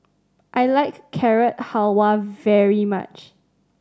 I like Carrot Halwa very much